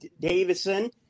Davison